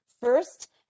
first